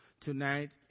Tonight